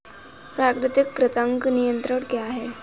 प्राकृतिक कृंतक नियंत्रण क्या है?